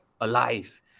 alive